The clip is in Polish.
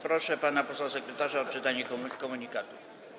Proszę pana posła sekretarza o odczytanie komunikatów.